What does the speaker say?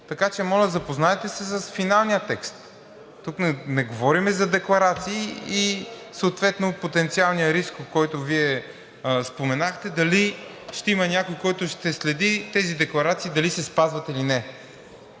Така че, моля Ви, запознайте се с финалния текст. Тук не говорим за декларации и съответно потенциалния риск, който Вие споменахте, дали ще има някой, който ще следи тези декларации дали се спазват или не.